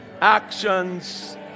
actions